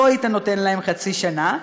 לא היית נותן להם חצי שנה.